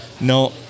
No